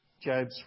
Job's